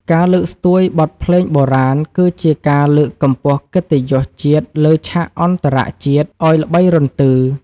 ការលើកស្ទួយបទភ្លេងបុរាណ គឺជាការលើកកម្ពស់កិត្តិយសជាតិលើឆាកអន្តរជាតិឱ្យល្បីរន្ធឺ។